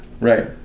Right